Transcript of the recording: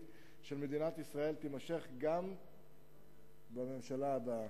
של מדינת ישראל תימשך גם בממשלה הבאה.